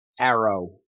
Arrow